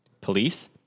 Police